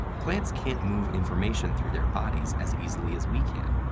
plants can't move information through their bodies as easily as we can,